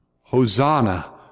Hosanna